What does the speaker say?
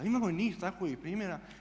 Imamo niz takvih primjera.